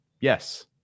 yes